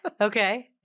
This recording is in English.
Okay